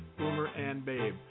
boomerandbabe